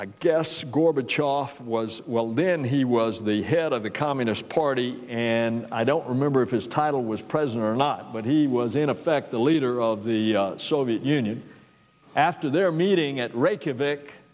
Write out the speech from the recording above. i guess gorbachev was well then he was the head of the communist party and i don't remember of his title was president or not but he was in effect the leader of the soviet union after their meeting at reykjavik